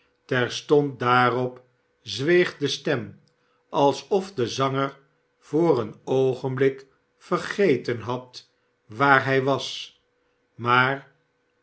terstond daarop zweeg de stem alsof de zanger voor een oogenblik vergeten had waar hij was maar